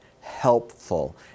helpful